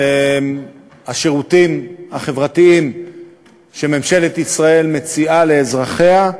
והשירותים החברתיים שממשלת ישראל מציעה לאזרחיה,